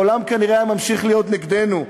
העולם כנראה היה ממשיך להיות נגדנו,